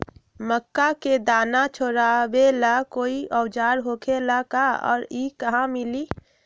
मक्का के दाना छोराबेला कोई औजार होखेला का और इ कहा मिली?